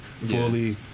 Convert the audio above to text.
Fully